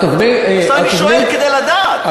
אני שואל כדי לדעת.